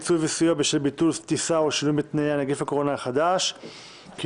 (פיצוי וסיוע בשל ביטול טיסה או שינוי בתנאיה) (נגיף הקורונה החדש - הוראת